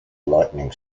lightning